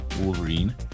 Wolverine